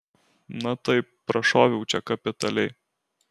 na taip prašoviau čia kapitaliai